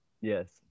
Yes